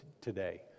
today